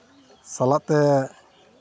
ᱥᱟᱞᱟᱜ ᱛᱮ